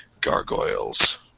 gargoyles